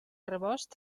rebost